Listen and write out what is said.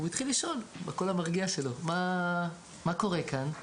והתחיל לשאול בקול המרגיע שלו "מה קורה כאן?".